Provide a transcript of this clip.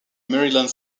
maryland